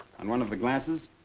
on one of the glasses,